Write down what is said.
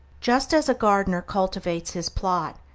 just as a gardener cultivates his plot,